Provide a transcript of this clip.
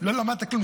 לא למדת כלום,